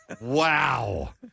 Wow